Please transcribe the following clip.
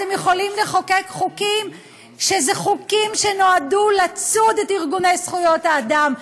אתם יכולים לחוקק חוקים שהם חוקים שנועדו לצוד את ארגוני זכויות האדם.